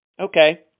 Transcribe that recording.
Okay